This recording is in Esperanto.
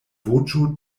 voĉo